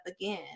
again